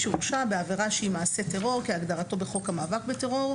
שהורשע בעבירה שהיא מעשה טרור כהגדרתו בחוק המאבק בטרור,